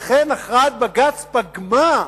לכן, הכרעת בג"ץ פגמה,